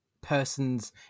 person's